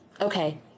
Okay